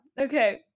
okay